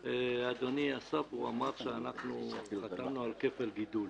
אדוני, אסף פה אמר שאנחנו חתמנו על כפל גידול.